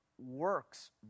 works